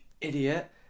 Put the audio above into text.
idiot